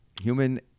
Human